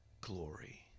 glory